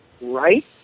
right